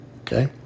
Okay